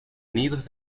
nidos